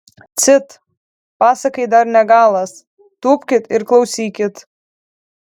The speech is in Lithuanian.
cit pasakai dar ne galas tūpkit ir klausykit